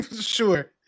Sure